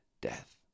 death